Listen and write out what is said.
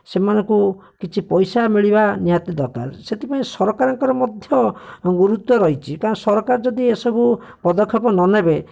ସେମାନଙ୍କୁ କିଛି ପଇସା ମିଳିବା ନିହାତି ଦରକାର ସେଥିପାଇଁ ସରକାରଙ୍କର ମଧ୍ୟ ଗୁରୁତ୍ୱ ରହିଛି କାରଣ ସରକାର ଯଦି ଏସବୁ ପଦକ୍ଷେପ ନ ନେବେ